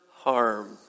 harm